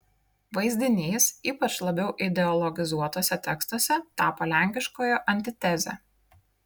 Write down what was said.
vaizdinys ypač labiau ideologizuotuose tekstuose tapo lenkiškojo antiteze